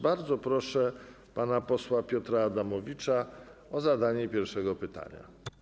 Bardzo proszę pana posła Piotra Adamowicza o zadanie pierwszego pytania.